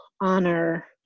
honor